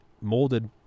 molded